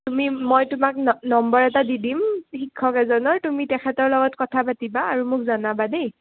তুমি মই তোমাক ন নম্বৰ এটা দি দিম শিক্ষক এজনৰ তুমি তেখেতৰ লগত কথা পাতিবা আৰু মোক জনাবা দেই